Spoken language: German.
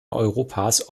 europas